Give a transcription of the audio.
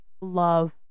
love